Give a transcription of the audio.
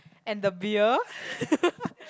and the beer